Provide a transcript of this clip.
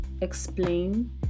explain